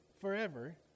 forever